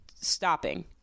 stopping